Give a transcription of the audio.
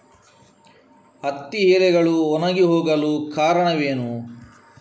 ಹತ್ತಿ ಎಲೆಗಳು ಒಣಗಿ ಹೋಗಲು ಕಾರಣವೇನು?